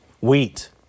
Wheat